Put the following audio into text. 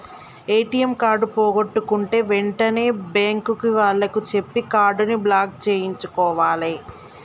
ATM card పోగొట్టుకుంటే వెంటనే bank వాళ్లకి చెప్పి కార్డుని బ్లాక్ చేయించుకోవాలే